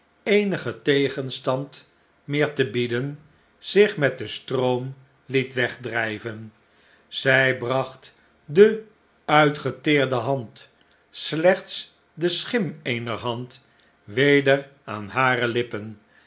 eenigen tegenstand meer te bieden zich met den sti'oom liet wegdrijven zij bracht de uitgeteerde hand slechts de schim eener hand weder aan hare lippen